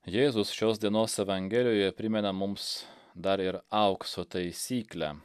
jėzus šios dienos evangelijoje primena mums dar ir aukso taisyklę